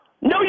No